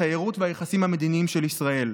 התיירות והיחסים המדיניים של ישראל.